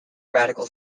radical